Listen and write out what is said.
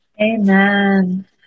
Amen